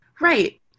Right